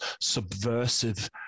subversive